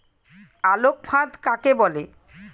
আলোক ফাঁদ কাকে বলে?